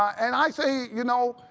and i say, you know,